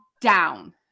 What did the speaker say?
down